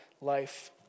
life